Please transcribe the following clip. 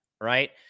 right